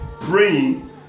praying